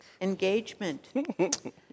Engagement